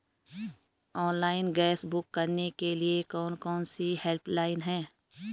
Online gas book करने के लिए कौन कौनसी हेल्पलाइन हैं?